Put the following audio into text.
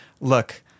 look